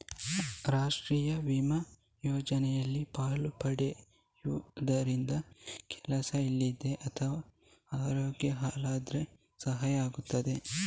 ರಾಷ್ಟೀಯ ವಿಮಾ ಯೋಜನೆಯಲ್ಲಿ ಪಾಲು ಪಡೆಯುದರಿಂದ ಕೆಲಸ ಇಲ್ದಿದ್ರೆ ಅಥವಾ ಅರೋಗ್ಯ ಹಾಳಾದ್ರೆ ಸಹಾಯ ಆಗ್ತದೆ